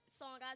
song